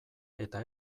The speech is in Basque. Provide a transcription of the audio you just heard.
eta